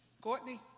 Courtney